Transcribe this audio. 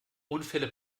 unfälle